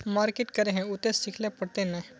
Market करे है उ ते सिखले पड़ते नय?